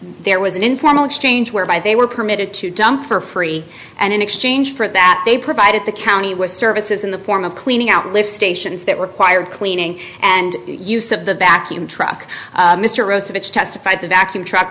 there was an info strange whereby they were permitted to dump for free and in exchange for that they provided the county was services in the form of cleaning out live stations that required cleaning and use of the vacuum truck mr rose a bitch testified the vacuum truck